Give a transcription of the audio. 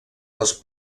les